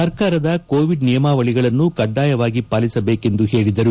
ಸರ್ಕಾರದ ಕೋವಿಡ್ ನಿಯಮಾವಳಿಗಳನ್ನು ಕಡ್ಡಾಯವಾಗಿ ಪಾಲಿಸಬೇಕೆಂದು ಹೇಳಿದರು